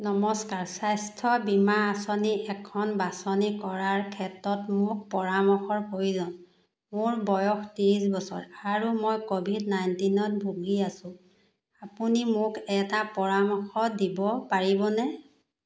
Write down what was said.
নমস্কাৰ স্বাস্থ্য বীমা আঁচনি এখন বাছনি কৰাৰ ক্ষেত্ৰত মোক পৰামৰ্শৰ প্ৰয়োজন মোৰ বয়স ত্ৰিছ বছৰ আৰু মই ক'ভিড নাইন্টিনত ভুগি আছোঁ আপুনি মোক এটা পৰামশ দিব পাৰিবনে